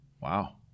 Wow